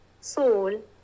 soul